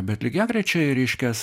bet lygiagrečiai reiškias